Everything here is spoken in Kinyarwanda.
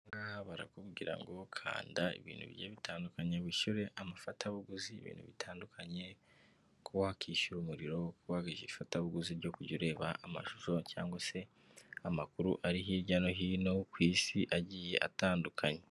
Aha ngaha barakubwira ngo kanda ibintu bigiye bitandukanye, wishyure amafatabuguzi y'ibintu bitandukanye wakwishyura umuriro, ifatabuguzi ryo kujya ureba amashusho cyangwa se amakuru ari hirya no hino ku isi agiye atandukanye.